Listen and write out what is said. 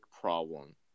problem